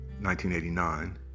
1989